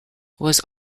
was